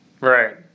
Right